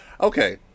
Okay